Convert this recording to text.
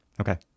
Okay